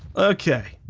okay.